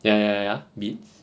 ya ya ya bids